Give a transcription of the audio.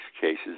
cases